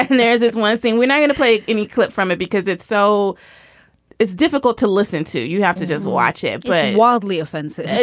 and there is this one thing we're not going to play any clip from it because it's so difficult to listen to. you have to just watch it wildly offensive.